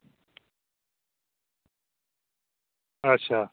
अच्छा